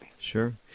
Sure